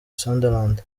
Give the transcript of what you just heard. sunderland